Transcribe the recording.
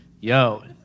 yo